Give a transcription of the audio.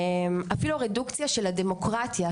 אפילו הרדוקציה של הדמוקרטיה,